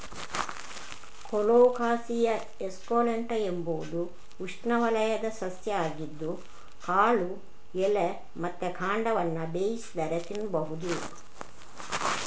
colocasia esculenta ಎಂಬುದು ಉಷ್ಣವಲಯದ ಸಸ್ಯ ಆಗಿದ್ದು ಕಾಳು, ಎಲೆ ಮತ್ತೆ ಕಾಂಡವನ್ನ ಬೇಯಿಸಿದರೆ ತಿನ್ಬಹುದು